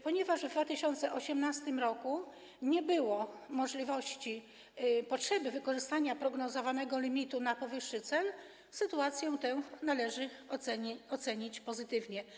Ponieważ w 2018 r. nie było potrzeby wykorzystania prognozowanego limitu na powyższy cel, sytuację tę należy ocenić pozytywnie.